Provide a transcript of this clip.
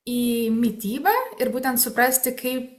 į mitybą ir būtent suprasti kaip